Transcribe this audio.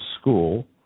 school